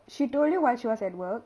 she told you while she was at work